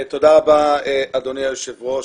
תודה רבה, אדוני היושב-ראש.